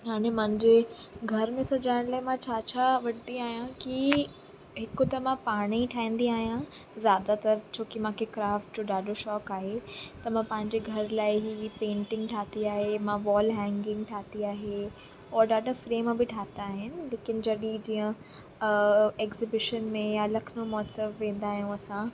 हाणे मुंहिंजे घर में सजाइण लाइ मां छा छा वठंदी आहियां की हिकु त मां पाणे ई ठाहींदी आहियां ज़्यादातर छोकी मूंखे क्राफ्ट जो ॾाढो शौक़ु आहे त मां पंहिंजे घर लाइ ई पेंटिंग ठाही आहे मां वॉल हैंगिंग ठाही आहे और ॾाढा फ्रेम बि ठाहियां आहिनि लेकिन जॾहिं जीअं एग्ज़िबिशन में या लखनऊ महोत्सव वेंदा आहियूं असां